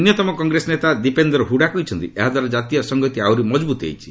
ଅନ୍ୟତମ କଂଗ୍ରେସ ନେତା ଦିପେନ୍ଦର ହଡ଼ା କହିଛନ୍ତି ଏହାଦ୍ୱାରା କାତୀୟ ସଂହତି ଆହୁରି ମଜବୁତ୍ ହୋଇଛି